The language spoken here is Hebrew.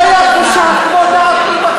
לא היה, בכנסת הזאת.